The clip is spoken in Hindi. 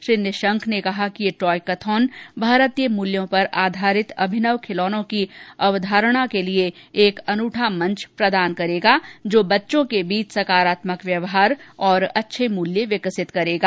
श्री निशंक ने कहा कि यह टॉय कथॉन भारतीय मुल्यों पर आधारित अभिनव खिलौनों की अवधारणा के लिए एक अनूठा मंच प्रदान करेगा जो बच्चों के बीच सकारात्मक व्यवहार और अच्छे मूल्य विकसित करेगा